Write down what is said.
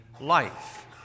life